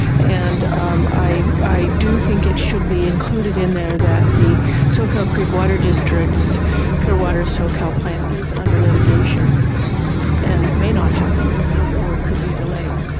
and i do think it should be included in there that the soco creek water districts pure water so cal plan is under litigation and may not happen or could be delayed.